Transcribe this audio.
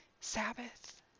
Sabbath